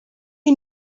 you